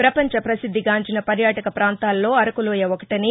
ప్రపంచ ప్రసిద్దిగాంచిన పర్యాటక ప్రాంతాల్లో అరకులోయ ఒకటని